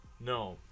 No